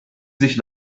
sich